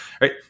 Right